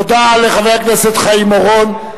תודה לחבר הכנסת חיים אורון.